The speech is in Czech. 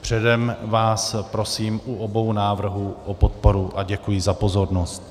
Předem vás prosím u obou návrhů o podporu a děkuji za pozornost.